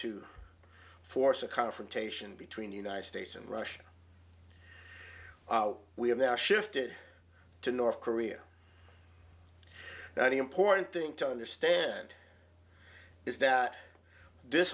to force a confrontation between the united states and russia we have now shifted to north korea now the important thing to understand is that this